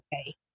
okay